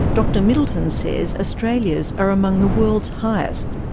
dr middleton says australia's are among the world's highest.